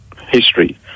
history